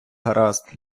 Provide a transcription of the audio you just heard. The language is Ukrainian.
гаразд